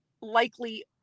likely